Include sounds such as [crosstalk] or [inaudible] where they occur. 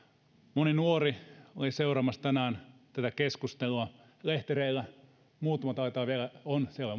moni nuori oli seuraamassa tänään tätä keskustelua lehtereillä muutama siellä [unintelligible]